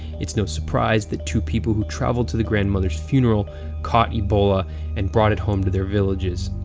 it's no surprise that two people who travelled to the grandmother's funeral caught ebola and brought it home to their villages.